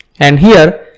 and here,